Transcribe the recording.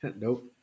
nope